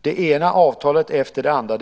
det ena avtalet efter det andra.